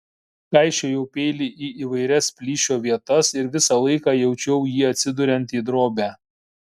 kaišiojau peilį į įvairias plyšio vietas ir visą laiką jaučiau jį atsiduriant į drobę